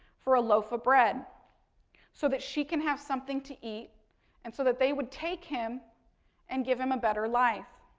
for a loaf of bread so but she could have something to eat and so they would take him and give him a better life.